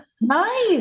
Nice